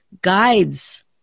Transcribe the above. guides